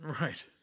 Right